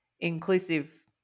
inclusive